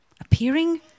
appearing